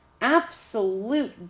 absolute